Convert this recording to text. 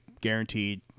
guaranteed